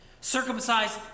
circumcised